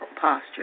posture